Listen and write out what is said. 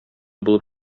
булып